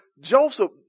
Joseph